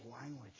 language